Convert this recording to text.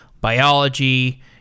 biology